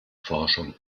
forschung